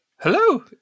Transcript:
Hello